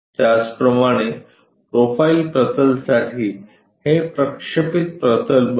त्याचप्रमाणे प्रोफाइल प्रतलासाठी हे प्रक्षेपित प्रतल बनते